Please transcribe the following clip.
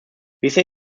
bisher